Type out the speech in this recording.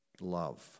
love